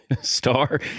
star